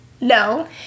no